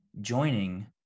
joining